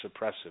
suppressive